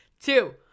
two